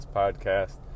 podcast